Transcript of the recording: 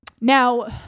now